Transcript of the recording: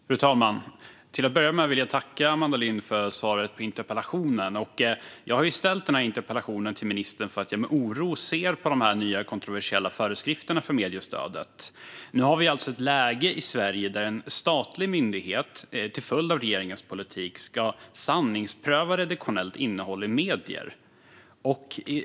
Fru talman! Till att börja med vill jag tacka Amanda Lind för svaret på interpellationen. Jag har ställt denna interpellation till ministern därför att jag med oro ser på de nya kontroversiella föreskrifterna för mediestödet. Nu har vi alltså ett läge i Sverige där en statlig myndighet till följd av regeringens politik ska sanningspröva redaktionellt innehåll i medier.